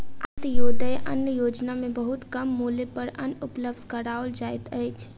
अन्त्योदय अन्न योजना में बहुत कम मूल्य पर अन्न उपलब्ध कराओल जाइत अछि